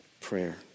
prayer